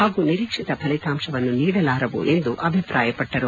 ಹಾಗೂ ನಿರೀಕ್ಷಿತ ಫಲಿತಾಂಶವನ್ನು ನೀಡಲಾರವು ಎಂದು ಅಭಿಪ್ರಾಯಪಟ್ಟರು